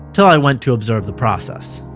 till i went to observe the process,